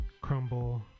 Crumble